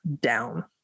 down